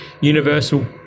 Universal